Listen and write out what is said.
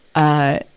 ah,